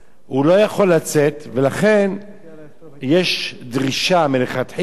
הוא לא יכול לצאת, ולכן יש דרישה מלכתחילה,